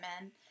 men